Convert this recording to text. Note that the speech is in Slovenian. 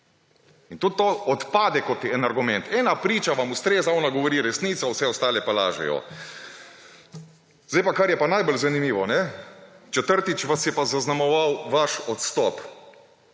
In tudi to odpade kot en argument. Ena priča vam ustreza, ona govori resnico, vse ostale pa lažejo. Zdaj pa, kar je pa najbolj zanimivo, četrtič, vas je pa zaznamoval vaš odstop.